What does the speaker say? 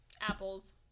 Apples